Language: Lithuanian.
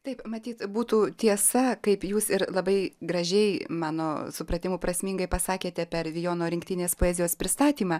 taip matyt būtų tiesa kaip jūs ir labai gražiai mano supratimu prasmingai pasakėte per vijono rinktinės poezijos pristatymą